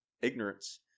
ignorance